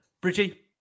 Bridgie